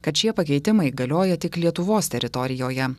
kad šie pakeitimai galioja tik lietuvos teritorijoje